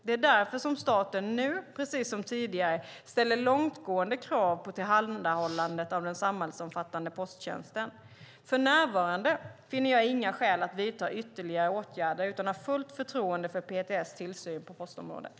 Det är därför som staten nu, precis som tidigare, ställer långtgående krav på tillhandahållandet av den samhällsomfattande posttjänsten. För närvarande finner jag inga skäl att vidta ytterligare åtgärder utan har fullt förtroende för PTS tillsyn på postområdet.